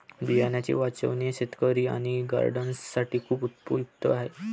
बियांचे वाचवणे शेतकरी आणि गार्डनर्स साठी खूप उपयुक्त आहे